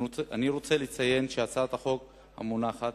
אני רוצה לציין שהצעת החוק המונחת